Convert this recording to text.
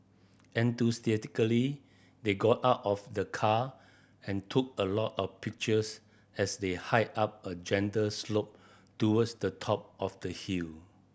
enthusiastically they got out of the car and took a lot of pictures as they hiked up a gentle slope towards the top of the hill